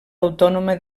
autònoma